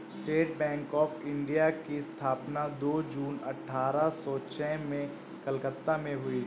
state Bank of India की स्थापना दो जून अठारह सो छह में कलकत्ता में हुई